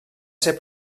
ser